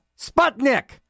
Sputnik